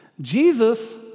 Jesus